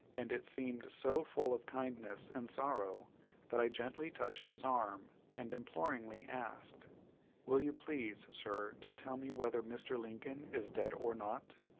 and it seemed so full of kindness and sorrow that i gently touched his arm, and imploringly asked will you please, sir, to tell me whether mr. lincoln is dead or not?